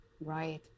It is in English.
Right